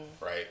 right